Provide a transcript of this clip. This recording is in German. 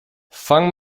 fang